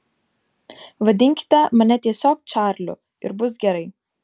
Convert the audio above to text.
vadinkite mane tiesiog čarliu ir bus gerai